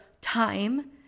time